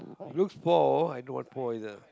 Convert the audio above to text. looks for I know what for is that